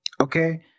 okay